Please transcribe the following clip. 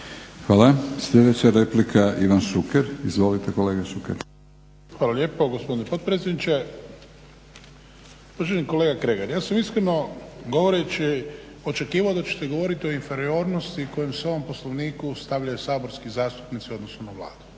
Hvala. Sljedeća replika, Ivan Šuker. Izvolite kolega Šuker. **Šuker, Ivan (HDZ)** Hvala lijepo gospodine potpredsjedniče. Uvaženi kolega Kregar ja sam iskreno govoreći očekivao da ćete govoriti o inferiornosti kojoj se u ovom Poslovniku stavljaju saborski zastupnici u odnosu na Vladu.